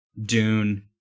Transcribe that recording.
Dune